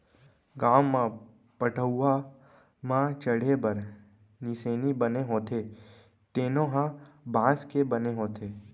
गाँव म पटअउहा म चड़हे बर निसेनी बने होथे तेनो ह बांस के बने होथे